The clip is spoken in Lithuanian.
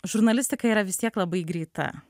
žurnalistika yra vis tiek labai greita